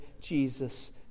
Jesus